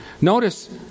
Notice